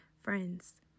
friends